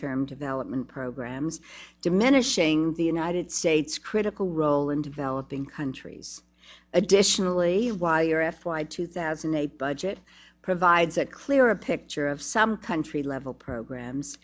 term development programs diminishing the united states critical role in developing countries additionally while your f y two thousand a budget provides a clearer picture of some country level programs